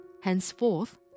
Henceforth